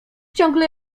ciągle